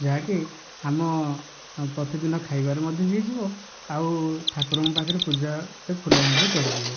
ଯାହାକି ଆମ ପ୍ରତିଦିନ ଖାଇବାରେ ମଧ୍ୟ ହୋଇଯିବ ଆଉ ଠାକୁରଙ୍କ ପାଖରେ ପୂଜା ଫୁଲ ମଧ୍ୟ ଚଢ଼ିଯିବ